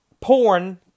porn